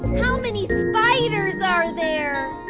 how many spiders are there?